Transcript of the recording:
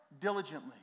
diligently